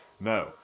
No